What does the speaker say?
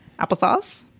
applesauce